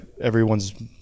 everyone's